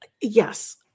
Yes